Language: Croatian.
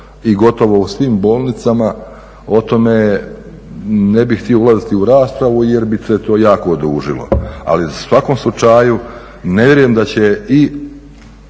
i gotovo u svim bolnicama o tome ne bih htio ulaziti u raspravu jer bi se to jako odužilo. Ali u svakom slučaju ne vjerujem da će i